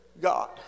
God